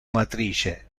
matrice